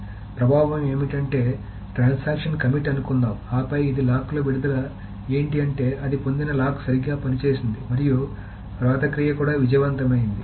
కాబట్టి ప్రభావం ఏమిటిఅంటే ట్రాన్సాక్షన్ కమిట్ అనుకుందాం ఆపై ఇది లాక్ ల విడుదల ఏంటి అంటే అది పొందిన లాక్ సరిగ్గా పని చేసింది మరియు వ్రాత క్రియ కూడా విజయవంతమైంది